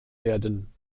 werden